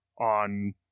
on